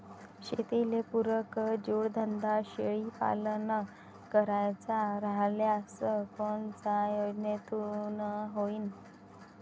शेतीले पुरक जोडधंदा शेळीपालन करायचा राह्यल्यास कोनच्या योजनेतून होईन?